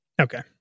Okay